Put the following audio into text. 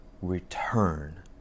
return